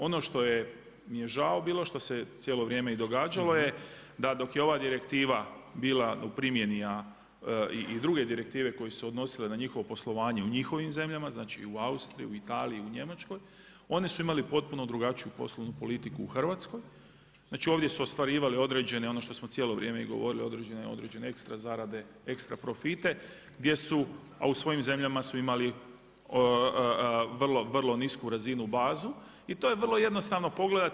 Ono što mi je žao bilo što se cijelo vrijeme i događalo, da dok je ova direktiva bila u primjeni, a i druge direktive koje su se odnosile na njihovo poslovanje u njihovim zemljama, znači u Austriji, Italiji, Njemačkoj one su imali potpunu drugačiju poslovnu politiku u Hrvatskoj. znači ovdje su ostvarivale određene ono što smo cijelo vrijeme i govorili određene ekstra zarade, ekstra profite, a u svojim zemljama su imali vrlo nisku razinu bazu i to je vrlo jednostavno pogledati.